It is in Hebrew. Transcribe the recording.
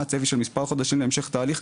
מה הצפי של מספר חודשים להמשך תהליך.